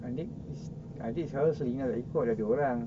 andir andir selalu tak ikut ada orang